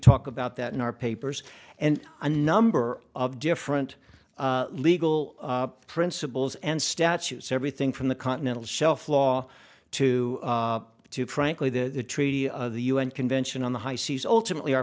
talk about that in our papers and a number of different legal principles and statutes everything from the continental shelf law to the two frankly the treaty of the un convention on the high seas ultimately our